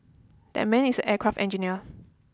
that man is an aircraft engineer